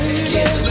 scared